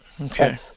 Okay